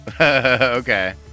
Okay